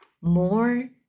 more